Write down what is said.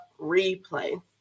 replay